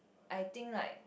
I think like